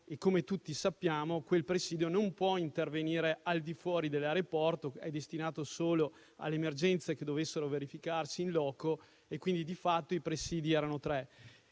e, come tutti sappiamo, quel presidio non può intervenire al di fuori dell'aeroporto, poiché è destinato solo alle emergenze che dovessero verificarsi *in loco*. Quindi, di fatto, i presidi erano tre.